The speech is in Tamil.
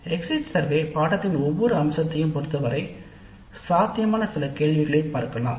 எக்ஸிட் சர்வே பாடநெறியின் பொறுத்தவரை சாத்தியமான சில கேள்விகளை பார்க்கலாம்